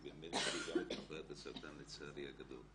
אני באמת מכיר גם את מחלת הסרטן לצערי הגדול,